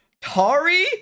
Tari